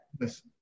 Yes